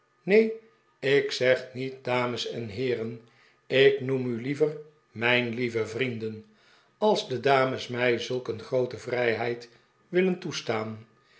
neen ik zeg niet dames en heeren ik noem u liever mijn lieve vrienden als de dames mij zulk een groote vrijheid willen toestaan